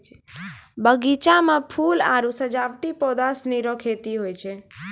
बगीचा मे फूल आरु सजावटी पौधा सनी रो खेती हुवै छै